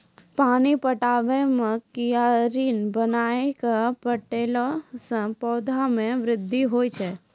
पानी पटाबै मे कियारी बनाय कै पठैला से पौधा मे बृद्धि होय छै?